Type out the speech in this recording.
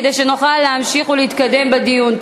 כדי שנוכל להמשיך ולהתקדם בדיון.